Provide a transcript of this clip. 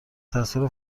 تصویر